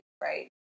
right